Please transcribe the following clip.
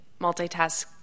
multitask